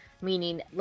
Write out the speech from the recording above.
Meaning